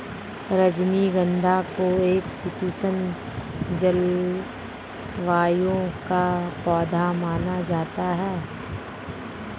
रजनीगंधा को एक शीतोष्ण जलवायु का पौधा माना जाता है